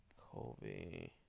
Kobe